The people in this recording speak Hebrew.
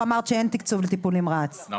אמרנו 'תקשיבו, זה X